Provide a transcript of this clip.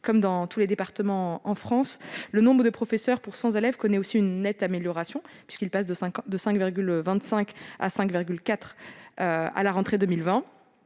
comme dans tous les départements français, le nombre de professeurs pour 100 élèves connaît aussi une nette amélioration, puisqu'il est passé de 5,25 à 5,4 à la rentrée 2020.